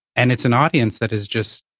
and it's an audience that is just